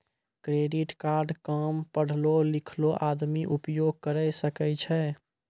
Credit card काम पढलो लिखलो आदमी उपयोग करे सकय छै?